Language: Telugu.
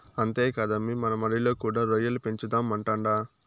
అంతేకాదమ్మీ మన మడిలో కూడా రొయ్యల పెంచుదామంటాండా